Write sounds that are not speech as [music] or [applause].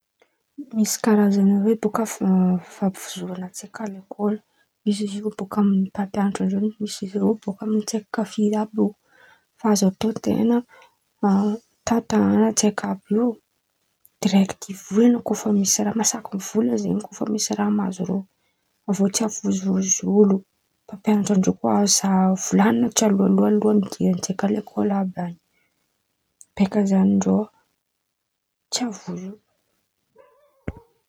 Misy karazan̈y aroe bôka [hesitation] fafizoran̈a tsaiky a lekôly: misy izy io bôka amy mpampianatrandreo, bôka amy tsaiky kafiry àby io. Fa azo ataonten̈a [hesitation] mitahata tsaiky àby io direkity ivolan̈a kô fa misy raha masaky mivolan̈a zen̈y kô misy raha mahazo irô, avy eô tsy avozovozo olo. Mpampianatrandreo kà azo volanin̈a tsialohaloha alôhan̈y idirandreo tsaiky a lekôly àby an̈y beka zan̈y ndreo tsy avozo.